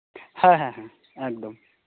ᱦᱮᱸ ᱦᱮᱸ ᱮᱠᱫᱚᱢ